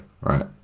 right